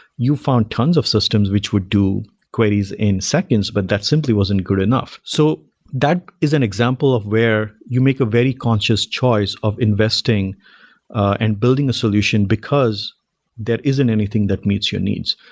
you found tons of systems which would do queries in seconds, but that simply wasn't good enough so that is an example of where you make a very conscious choice of investing and building a solution because there isn't anything that meets your needs.